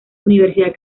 universidad